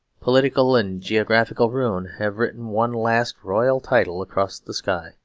political and geographical ruin have written one last royal title across the sky